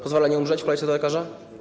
Pozwala nie umrzeć w kolejce do lekarza?